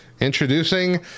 Introducing